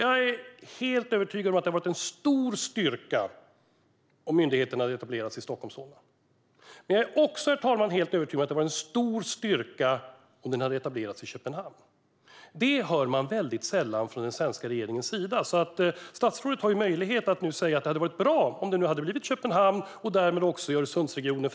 Jag är helt övertygad om att det hade varit en stor styrka om myndigheten hade etablerats i Stockholmsområdet. Men jag är också, herr talman, helt övertygad om att det hade varit en stor styrka om den hade etablerats i Köpenhamn. Detta hör man väldigt sällan från den svenska regeringens sida, så statsrådet har möjlighet att nu säga att det hade varit bra om det hade blivit Köpenhamn och därmed Öresundsregionen.